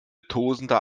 tosender